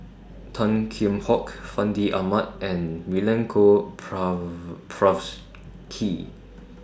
Tan Kheam Hock Fandi Ahmad and Milenko